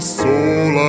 soul